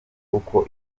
uko